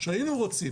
שהיינו רוצים